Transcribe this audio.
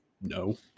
no